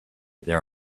there